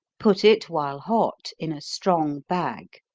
put it while hot in a strong bag,